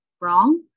wrong